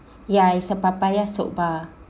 ya it's a papaya soap bar